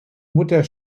mutter